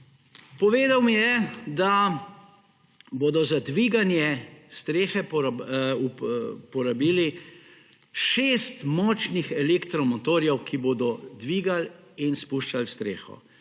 Povedal mi je, da bodo za dviganje strehe porabili 6 močnih elektromotorjev, ki bodo dvigali in spuščali streho.